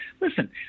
listen